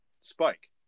Spike